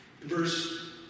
Verse